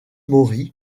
maury